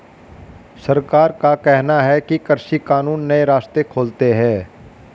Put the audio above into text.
सरकार का कहना है कि कृषि कानून नए रास्ते खोलते है